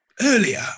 earlier